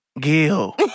Gil